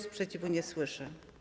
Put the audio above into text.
Sprzeciwu nie słyszę.